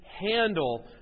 handle